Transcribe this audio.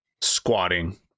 squatting